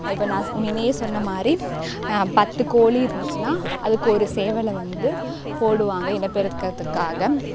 இப்போ நான் முன்னையே சொன்னமாதிரி பத்து கோழி இருந்திச்சின்னால் அதுக்கு ஒரு சேவலை வந்து போடுவாங்க இனப்பெருக்கத்துக்காக